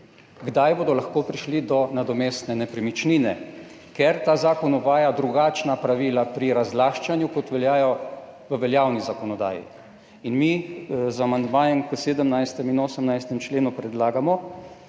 kdaj bodo lahko prišli do nadomestne nepremičnine, ker ta zakon uvaja drugačna pravila pri razlaščanju, kot veljajo v veljavni zakonodaji. Mi z amandmajem k 17. in 18. členu predlagamo,